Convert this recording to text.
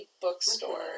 bookstore